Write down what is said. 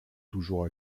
toujours